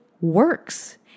works